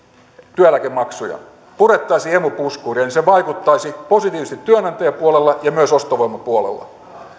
työeläkemaksuja purettaisiin emu puskuri se vaikuttaisi positiivisesti työnantajapuolella ja myös ostovoiman puolella